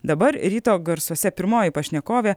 dabar ryto garsuose pirmoji pašnekovė